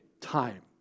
time